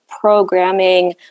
programming